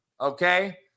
okay